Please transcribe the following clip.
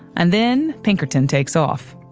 and then pinkerton takes off.